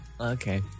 Okay